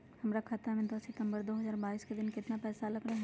हमरा खाता में दस सितंबर दो हजार बाईस के दिन केतना पैसा अयलक रहे?